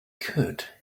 could